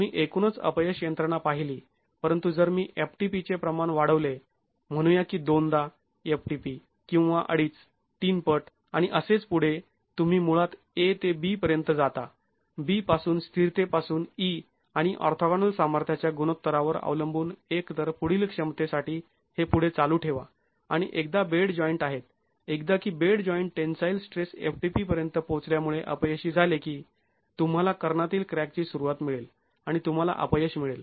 आम्ही एकूणच अपयश यंत्रणा पाहिली परंतु जर मी ftp चे प्रमाण वाढवले म्हणूया की दोनदा ftp किंवा अडीच तीन पट आणि असेच पुढे तुम्ही मुळात a ते b पर्यंत जाता b पासून स्थिरते पासून e आणि ऑर्थोगोनल सामर्थ्याच्या गुणोत्तरावर अवलंबून एक तर पुढील क्षमतेसाठी हे पुढे चालू ठेवा आणि एकदा बेड जॉईंट आहेत एकदा की bed joint tensile stress ftp पर्यंत पोहोचल्यामुळे अपयशी झाले की तुम्हाला कर्णातील क्रॅकची सुरुवात मिळेल आणि तुम्हाला अपयश मिळेल